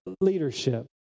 leadership